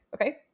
okay